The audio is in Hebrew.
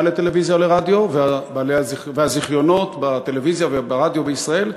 לטלוויזיה ולרדיו והזיכיונות בטלוויזיה וברדיו בישראל.